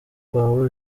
kwawe